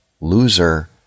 Loser